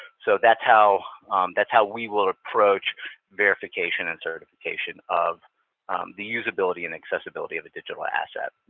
so that's how that's how we will approach verification and certification of the usability and accessibility of a digital asset.